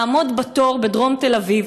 לעמוד בתור בדרום תל אביב.